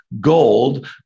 gold